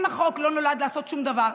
אם החוק לא נולד לעשות שום דבר,